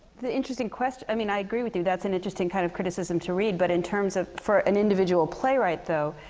the interesting ques i mean, i agree with you, that's an interesting kind of criticism to read. but in terms of, for an individual playwright, though,